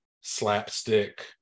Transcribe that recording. slapstick